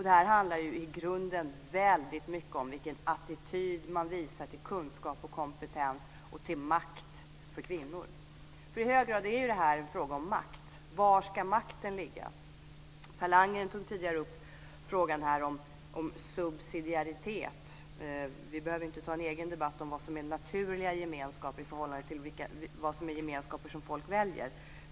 Det här handlar i grunden väldigt mycket om vilken attityd man visar till kunskap och kompetens och till makt för kvinnor, för i hög grad är detta en fråga om makt, var makten ska ligga. Per Landgren tog tidigare upp frågan om subsidiaritet. Vi behöver inte ta någon egen debatt om vad som är naturliga gemenskaper i förhållande till vad som är gemenskaper som folk väljer.